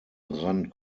rand